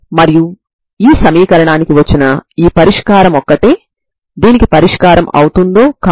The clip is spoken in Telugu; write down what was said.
మీరు అప్లై చేసినవి ప్రారంభ నియమాలు మాత్రమే సరిహద్దు నియమాలు కావు